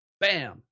bam